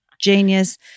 Genius